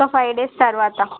ఒక five days తర్వాత